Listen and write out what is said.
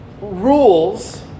Rules